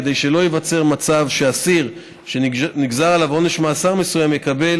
כדי שלא ייווצר מצב שאסיר שנגזר עליו עונש מאסר מסוים יקבל